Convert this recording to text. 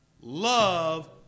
Love